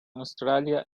australia